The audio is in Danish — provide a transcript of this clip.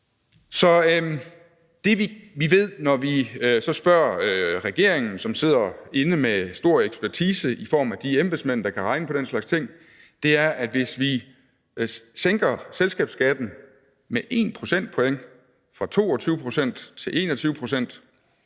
Det, vi ved, når vi så spørger regeringen, som sidder inde med stor ekspertise i form af de embedsmænd, der kan regne på den slags ting, er, at hvis vi sænker selskabsskatten med 1 procentpoint fra 22 pct. til 21 pct.,